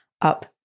up